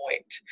point